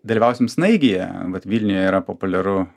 dalyvausim snaigėje vat vilniuje yra populiaru